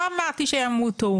שימותו